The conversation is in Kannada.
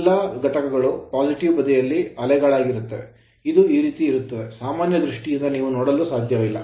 ಎಲ್ಲಾ ಘಟಕಗಳು positive ಧನಾತ್ಮಕ ಬದಿಯಲ್ಲಿ ಅಲೆಗಳಾಗಿರುತ್ತವೆ ಇದು ಈ ರೀತಿ ಇರುತ್ತದೆ ಸಾಮಾನ್ಯ ದೃಷ್ಟಿಯಿಂದ ನೀವು ನೊಡಲು ಸಾಧ್ಯವಿಲ್ಲ